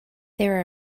there